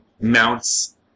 mounts